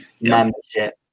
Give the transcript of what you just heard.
membership